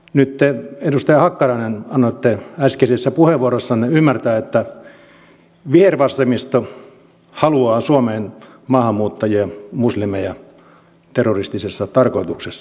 nyt te edustaja hakkarainen annoitte äskeisessä puheenvuorossanne ymmärtää että vihervasemmisto haluaa suomeen maahanmuuttajia muslimeja terroristisessa tarkoituksessa